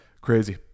crazy